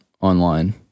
online